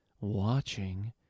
watching